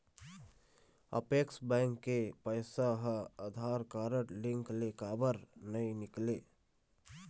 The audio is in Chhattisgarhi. अपेक्स बैंक के पैसा हा आधार कारड लिंक ले काबर नहीं निकले?